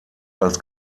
als